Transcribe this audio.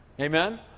Amen